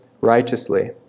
righteously